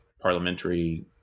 parliamentary